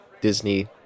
Disney